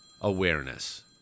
awareness